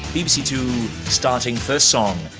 bbc two. starting first song,